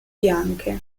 bianche